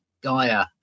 Gaia